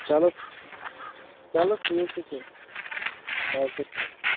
چلو چلو ٹھیٖک چھُ تیٚلہِ اَدٕ سا تُلِو